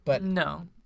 No